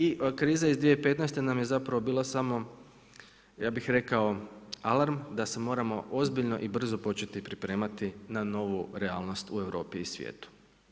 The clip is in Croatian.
I kriza iz 2015. nam je zapravo bila samo ja bih rekao alarm da se moramo ozbiljno i brzo početi pripremati na novu realnost u Europi i svijetu.